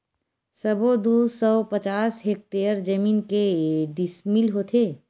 सबो दू सौ पचास हेक्टेयर जमीन के डिसमिल होथे?